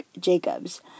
Jacobs